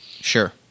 Sure